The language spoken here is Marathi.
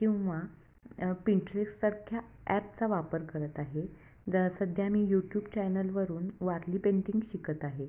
किंवा पिंट्रेससारख्या ॲपचा वापर करत आहे ज सध्या मी यूट्यूब चॅनलवरून वारली पेंटिंग शिकत आहे